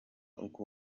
uko